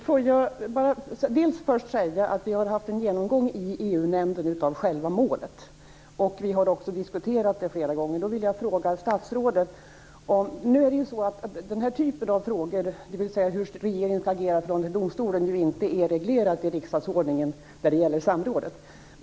Herr talman! Jag vill först säga att vi har haft en genomgång i EU-nämnden av själva målet. Vi har också diskuterat detta flera gånger. Den här typen av frågor, dvs. hur regeringen skall agera i förhållande till domstolen, är inte reglerade i riksdagsordningen när det gäller samrådet.